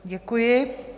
Děkuji.